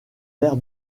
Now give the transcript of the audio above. l’air